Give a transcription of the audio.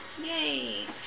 Yay